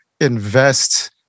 invest